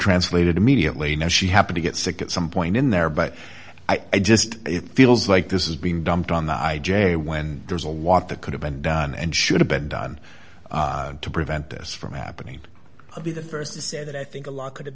translated immediately now she happen to get sick at some point in there but i just feels like this is being dumped on the i j a when there's a lot the could have been done and should have been done to prevent this from happening i'll be the st to say that i think a lot could have